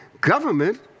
government